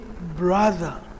brother